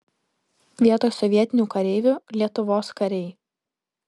vietoj sovietinių kareivių lietuvos kariai